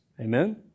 Amen